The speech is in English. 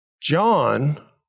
John